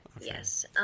yes